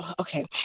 Okay